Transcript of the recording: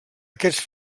aquests